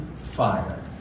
fire